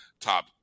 top